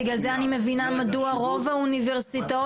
בגלל זה אני מבינה מדוע רוב האוניברסיטאות